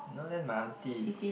no then my aunty